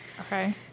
okay